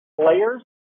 players